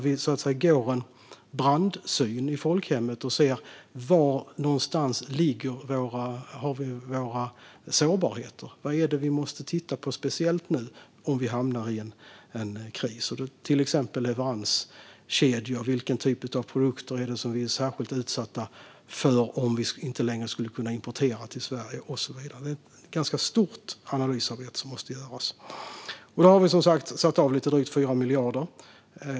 Vi går en brandsyn i folkhemmet och tittar på var sårbarheterna ligger. Vad är det vi måste titta på speciellt om vi hamnar i en kris? Det kan till exempel gälla leveranskedjor och vilken typ av produkter som är särskilt utsatta om det inte längre är möjligt att importera till Sverige. Det är ett stort analysarbete som måste göras. Vi har satt av drygt 4 miljarder.